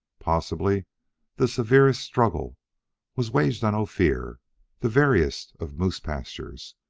possibly the severest struggle was waged on ophir, the veriest of moose-pastures,